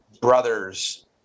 brothers